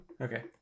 Okay